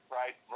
right